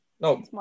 no